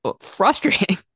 frustrating